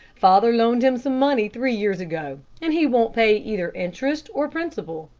father loaned him some money three years ago, and he won't pay either interest or principal.